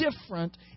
different